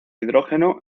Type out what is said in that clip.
hidrógeno